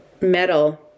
metal